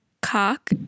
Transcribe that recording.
cock